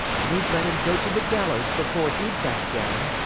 and he'd let him go to the gallows before he'd back down.